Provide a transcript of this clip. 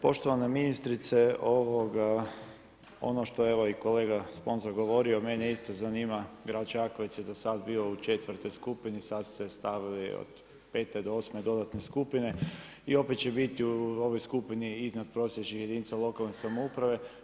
Poštovana ministrice ono što je evo i kolega Sponza govorio mene isto zanima, grad Čakovec je do sada bio u 4.-toj skupini, sada ste stavili od 5.-8. dodatne skupine i opet će biti u ovoj skupini iznadprosječnih jedinica lokalne samouprave.